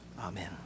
Amen